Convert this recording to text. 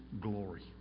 glory